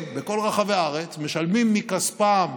יש הרבה אנשים שרוצים לראות את הצעירים הישראלים במקומות האלה,